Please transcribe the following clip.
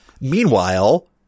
meanwhile